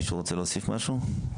מישהו רוצה להוסיף משהו?